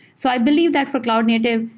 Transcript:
so i believe that for cloud native,